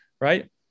Right